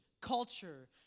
culture